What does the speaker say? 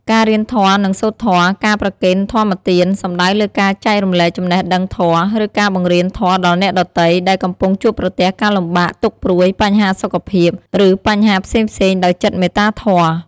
ការរៀនធម៌ និងសូត្រធម៌ ការប្រគេនធម្មទាន សំដៅលើការចែករំលែកចំណេះដឹងធម៌ ឬការបង្រៀនធម៌ដល់អ្នកដទៃ ដែលកំពុងជួបប្រទះការលំបាក ទុក្ខព្រួយ បញ្ហាសុខភាព ឬបញ្ហាផ្សេងៗដោយចិត្តមេត្តាធម៌។